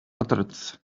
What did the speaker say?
uttereth